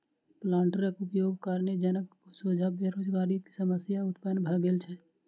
प्लांटरक उपयोगक कारणेँ जनक सोझा बेरोजगारीक समस्या उत्पन्न भ गेल छै